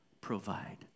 provide